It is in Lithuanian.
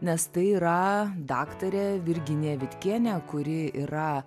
nes tai yra daktarė virginija vitkienė kuri yra